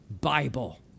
Bible